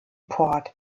port